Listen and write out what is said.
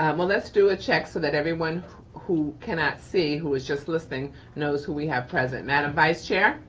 um well, let's do a check so that everyone who cannot see who is just listening knows who we have present. madam vice chair.